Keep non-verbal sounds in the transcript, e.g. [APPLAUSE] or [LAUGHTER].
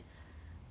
[BREATH]